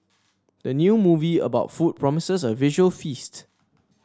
the new movie about food promises a visual feast